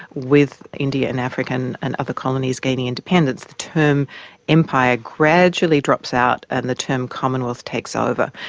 with india and african and other colonies gaining independence, the term empire gradually drops out and the term commonwealth takes over.